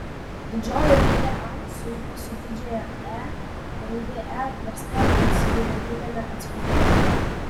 didžioji raidė a sujungta su didžiąja e raidė e apversta tarsi veidrodiniame atspindyje